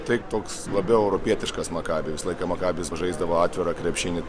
taik toks labiau europietiškas makabi visą laiką makabis žaisdavo atvirą krepšinį